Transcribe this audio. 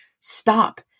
Stop